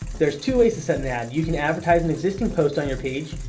there's two ways to set an ad, you can advertise an existing post on your page,